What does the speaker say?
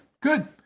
good